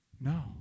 No